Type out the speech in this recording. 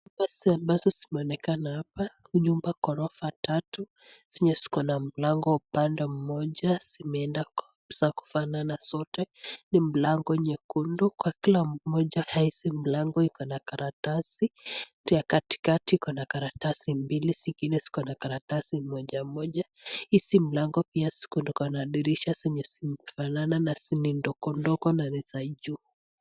Basi ambazo zimeonekana hapa ni nyumba gorofa tatu, zenye zikona mlango upande moja zimeda zakufana zote ni mlango jekundu. Kila moja ya hizi mlango ikona karatasi, ya katikati ikona karatasi mbili zingine zikona karatasi moja moja. Hizi mlango pia zikona dirisha zenye zimefanana na ni dogo dogo na ni za juu.